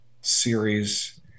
series